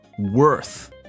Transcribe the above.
Worth